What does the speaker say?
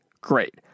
great